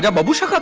yeah babhusha!